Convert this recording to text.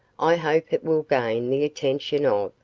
i hope it will gain the attention of,